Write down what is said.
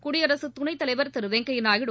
குடியரசு துணைத்தலைவர் திரு வெங்கையா நாயுடு